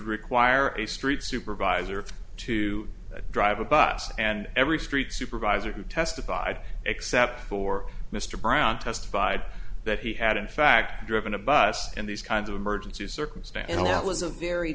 required a street supervisor to drive a bus and every street supervisor who testified except for mr brown testified that he had in fact driven a bus in these kinds of emergency circumstances and that was a very